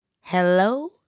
Hello